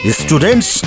students